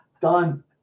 Done